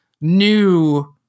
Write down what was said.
new